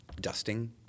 dusting